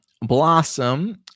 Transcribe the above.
Blossom